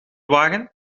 wagen